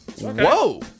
Whoa